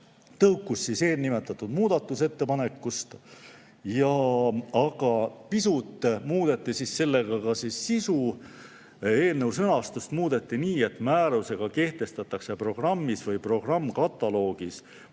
tõukus eelnimetatud muudatusettepanekust, aga pisut muudeti sellega ka sisu. Eelnõu sõnastust muudeti nii, et määrusega kehtestatakse programmis või programmikataloogis muu hulgas